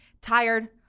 tired